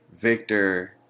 Victor